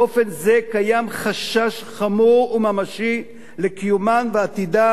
באופן זה קיים חשש חמור וממשי לקיומן ועתידן